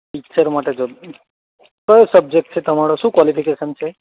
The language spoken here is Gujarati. ટીચર માટે જોબ કયો સબ્જેક્ટ છે તમારો શું ક્વોલિફિકેશન છે